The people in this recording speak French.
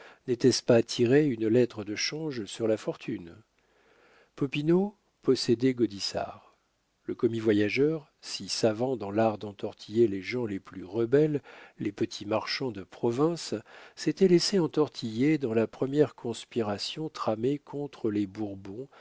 n'était-ce pas tirer une lettre de change sur la fortune popinot possédait gaudissart le commis-voyageur si savant dans l'art d'entortiller les gens les plus rebelles les petits marchands de province s'était laissé entortiller dans la première conspiration tramée contre les bourbons